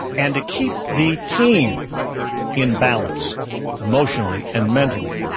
and to keep the team in balance emotionally and mentally.